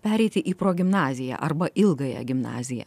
pereiti į progimnaziją arba ilgąją gimnaziją